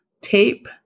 tape